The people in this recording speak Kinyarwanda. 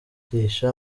kwigisha